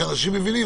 שאנשים מבינים,